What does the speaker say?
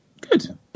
Good